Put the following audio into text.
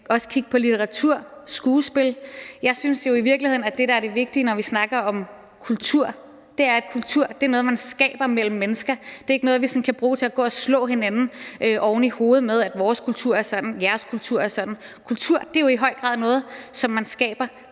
også kigge på litteratur og skuespil. Jeg synes jo i virkeligheden, at det, der er det vigtige, når vi snakker om kultur, er, at kultur er noget, man skaber mellem mennesker. Det er ikke noget, vi kan bruge til at gå og slå hinanden oven i hovedet med ved at sige: Vores kultur er sådan, og jeres kultur er sådan. Kultur er jo i høj grad noget, som man skaber